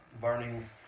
burning